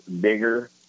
bigger